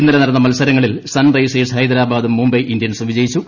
ഇന്നലെ നടന്ന മത്സരങ്ങളിൽ സൺറൈസേഴ്സ് ഹൈദരാബാദും മുംബൈ ഇന്ത്യൻസും വിജയിച്ചു